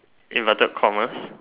inverted commas